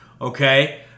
Okay